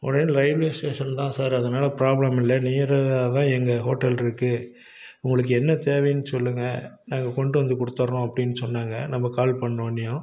உடனே railway station தான் sir அதனால பிராப்ளம் இல்லை நியராக தான் எங்கள் ஹோட்டல் இருக்குது உங்களுக்கு என்ன தேவைன்னு சொல்லுங்கள் நாங்கள் கொண்டு வந்து குடுத்தடுறோம் அப்படின்னு சொன்னாங்க நம்ம கால் பண்ணோடனையும்